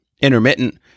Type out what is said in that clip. intermittent